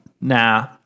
Nah